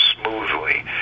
smoothly